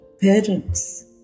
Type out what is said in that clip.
parents